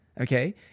okay